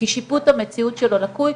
כי שיפוט המציאות שלו לקוי,